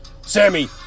Sammy